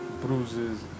bruises